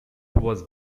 was